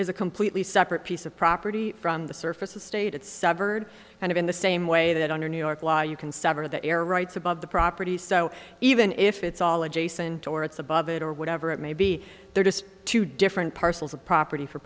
is a completely separate piece of property from the surface estate it's severed and in the same way that under new york law you can sever the air rights above the property so even if it's all adjacent or it's above it or whatever it may be they're just two different parcels of property for